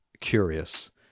curious